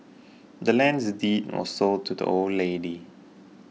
the land's deed was sold to the old lady